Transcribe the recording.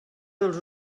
dels